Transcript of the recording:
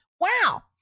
Wow